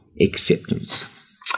acceptance